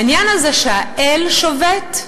העניין הזה, שהאל שובת,